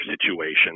situation